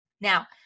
Now